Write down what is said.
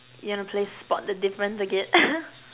you want to play spot the difference again